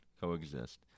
coexist